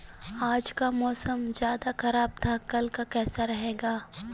आज का मौसम ज्यादा ख़राब था कल का कैसा रहेगा?